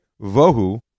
Vohu